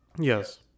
Yes